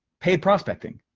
paid prospecting.